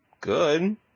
good